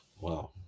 Wow